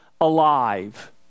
alive